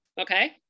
okay